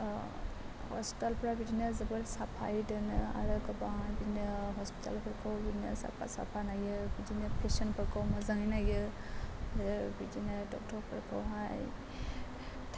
हस्पिटालफोरा बिदिनो जोबोर साफायै दोनो आरो गोबां बिदिनो हस्पिटालफोरखौ बिदिनो साफा साफा नायो बिदिनो पेसेन्टफोरखौ मोजाङै नायो आरो बिदिनो डक्ट'रफोरखौहाय